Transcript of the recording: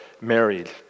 married